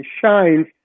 shines